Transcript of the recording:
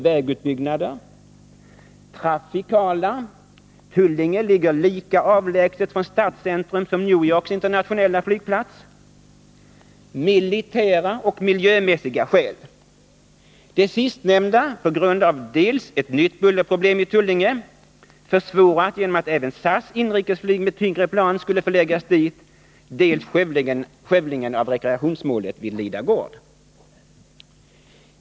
vägutbyggnader, trafikala — Tullinge ligger lika avlägset från stadscentrum som New Yorks internationella flygplats —, militära och miljömässiga skäl. Det sistnämnda gäller på grund av dels ett nytt bullerproblem i Tullinge, försvårat genom att även SAS inrikesflyg med tyngre plan skulle förläggas dit, dels skövlingen av rekreationsområdet vid Lida gård.